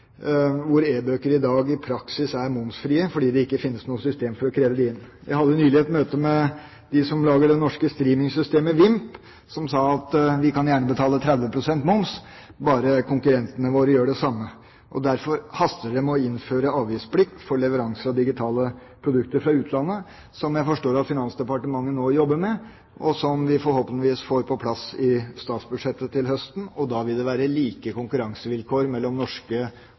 hvor e-bøker i dag i praksis er momsfrie fordi det ikke finnes noe system for å kreve det inn. Jeg hadde nylig et møte med dem som lager det norske streamingsystemet WiMP. De sa: Vi kan gjerne betale 30 pst. moms, bare konkurrentene våre gjør det samme. Derfor haster det med å innføre avgiftsplikt for leveranser av digitale produkter fra utlandet, som jeg forstår at Finansdepartementet nå jobber med, og som vi forhåpentligvis får på plass i statsbudsjettet til høsten. Da vil det være like konkurransevilkår mellom norske